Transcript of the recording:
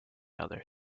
other